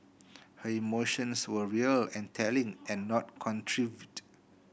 her emotions were real and telling and not contrived